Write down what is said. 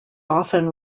often